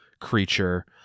creature